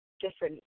different